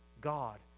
God